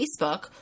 Facebook